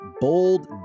bold